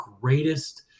greatest